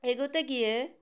এগোতে গিয়ে